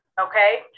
Okay